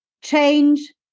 Change